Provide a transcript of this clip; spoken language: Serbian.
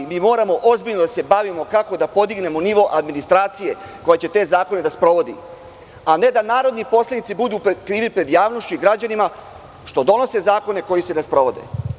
Mi moramo ozbiljno da se bavimo kako da podignemo nivo administracije koja će te zakone da sprovodi, a ne da narodni poslanici budu krivi pred javnosti i građanima što donose zakone koji se ne sprovode.